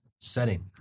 setting